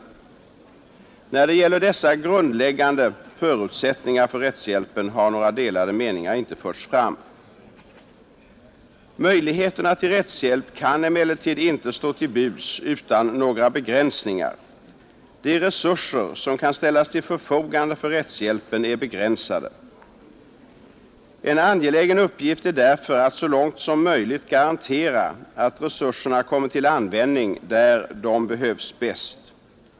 När det gäller dessa grundläggande förutsättningar för rättshjälpen har några delade meningar inte förts fram. Möjligheterna till rättshjälp kan emellertid inte stå till buds utan några begränsningar. De resurser som kan ställas till förfogande för rättshjälpen är begränsade. En angelägen uppgift är därför att så långt som möjligt garantera att resurserna kommer till användning där de behövs bäst.